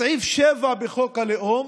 בחוק הלאום,